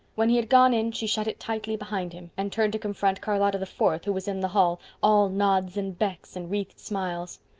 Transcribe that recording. when he had gone in she shut it tightly behind him and turned to confront charlotta the fourth, who was in the hall, all nods and becks and wreathed smiles.